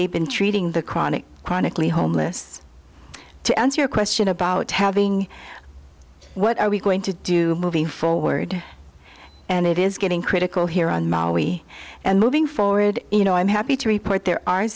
they've been treating the chronic chronically homeless to answer a question about having what are we going to do moving forward and it is getting critical here on maui and moving forward you know i'm happy to report there are